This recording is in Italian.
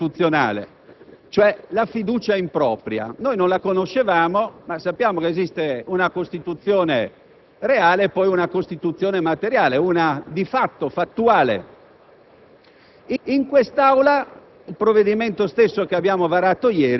Innanzitutto, è stata già introdotta un'altra variante costituzionale, cioè la fiducia impropria; noi non la conoscevamo, ma sappiamo che esiste una Costituzione reale e poi una Costituzione materiale, fattuale.